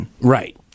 Right